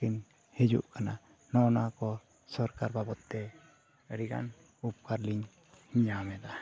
ᱠᱤᱱ ᱦᱤᱡᱩᱜ ᱠᱟᱱᱟ ᱱᱚᱜᱼᱚ ᱱᱚᱣᱟ ᱠᱚ ᱥᱚᱨᱠᱟᱨ ᱵᱟᱵᱚᱫᱛᱮ ᱟᱹᱰᱤ ᱜᱟᱱ ᱩᱯᱠᱟᱨ ᱞᱤᱧ ᱧᱟᱢᱮᱫᱟ